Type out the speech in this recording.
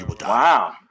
Wow